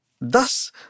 thus